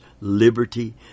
liberty